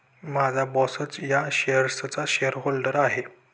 माझा बॉसच या शेअर्सचा शेअरहोल्डर आहे